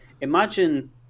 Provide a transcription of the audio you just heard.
imagine